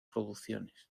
producciones